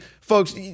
folks